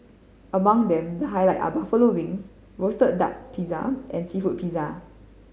among them the highlight are buffalo wings roasted duck pizza and seafood pizza